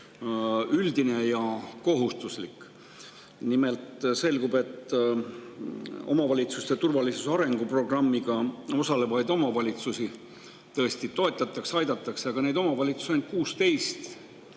üldine ja kohustuslik? Selgub, et omavalitsuste turvalisuse arenguprogrammis osalevaid omavalitsusi tõesti toetatakse ja aidatakse, aga neid omavalitsusi on 79